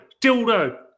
dildo